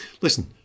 listen